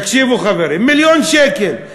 תקשיבו, חברים, מיליון שקל.